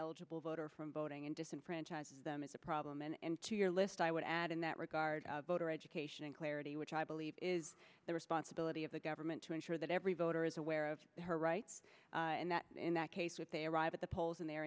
eligible voter from voting and disenfranchise them is a problem and to your list i would add in that regard of voter education and clarity which i believe is the responsibility of the government to ensure that every voter is aware of her rights and that in that case what they arrive at the polls and they